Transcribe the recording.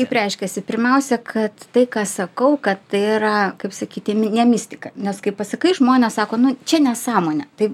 kaip reiškiasi pirmiausia kad tai ką sakau kad tai yra kaip sakyti ne mistika nes kaip pasakai žmonės sako nu čia nesąmonė taip